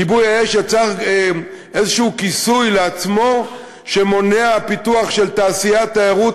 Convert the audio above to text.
כיבוי האש יצר איזה כיסוי לעצמו שמונע פיתוח של תעשיית תיירות,